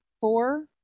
four